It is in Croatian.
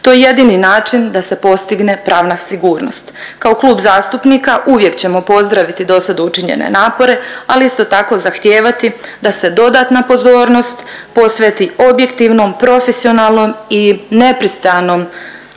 To je jedini način da se postigne pravna sigurnost. Kao klub zastupnika uvijek ćemo pozdraviti dosad učinjene napore, ali isto tako zahtijevati da se dodatna pozornost posveti objektivnom, profesionalnom i nepristranom